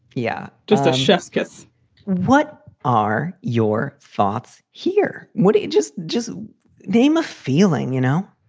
yeah. just just guess. what are your thoughts here? what do you just just name a feeling. you know,